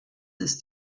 ist